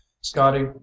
Scotty